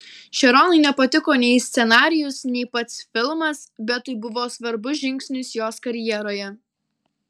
šeronai nepatiko nei scenarijus nei pats filmas bet tai buvo svarbus žingsnis jos karjeroje